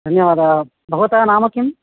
धन्यवादः भवतः नाम किं